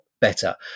better